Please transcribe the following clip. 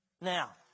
Now